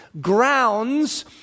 Grounds